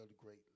greatly